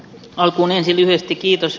alkuun ensin lyhyesti kiitos